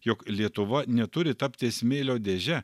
jog lietuva neturi tapti smėlio dėže